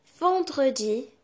Vendredi